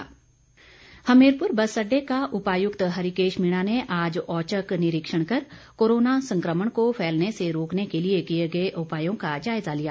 निरीक्षण हमीरपुर बस अड्डे का उपायुक्त हरिकेश मीणा ने आज औचक निरीक्षण कर कोरोना संक्रमण को फैलने से रोकने के लिए किए गए उपायों का जायजा लिया